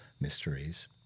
Mysteries